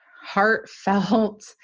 heartfelt